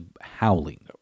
howling